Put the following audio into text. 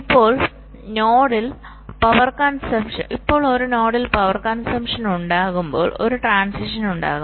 ഇപ്പോൾ ഒരു നോഡിൽ പവർ കൺസംപ്ഷൻ ഉണ്ടാകുമ്പോൾ ഒരു ട്രാൻസിഷൻ ഉണ്ടാകും